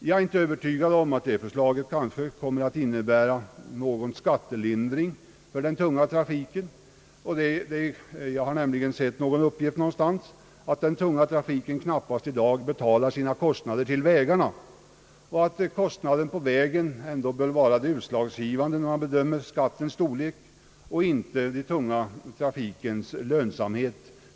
Jag är inte övertygad om att utredningens förslag kommer att innebära någon skattelindring för den tunga trafiken. Jag har nämligen sett en uppgift om att den tunga trafiken i dag knappast betalar sina kostnader till vägarna. Jag anser att kostnaden för vägen ändå bör vara utslagsgivande när man bedömer skattens storlek och inte trafikens lönsamhet.